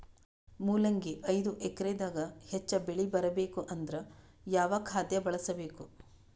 ಮೊಲಂಗಿ ಐದು ಎಕರೆ ದಾಗ ಹೆಚ್ಚ ಬೆಳಿ ಬರಬೇಕು ಅಂದರ ಯಾವ ಖಾದ್ಯ ಬಳಸಬೇಕು?